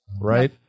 right